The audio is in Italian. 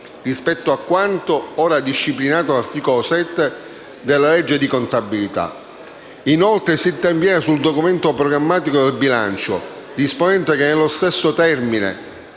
rispetto a quanto ora disciplinato dall'articolo 7 della legge di contabilità. Inoltre, si interviene sul documento programmatico di bilancio, disponendo che nello stesso termine